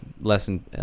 lesson